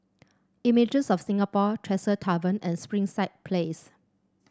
Images of Singapore Tresor Tavern and Springside Place